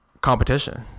competition